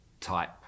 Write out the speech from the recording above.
type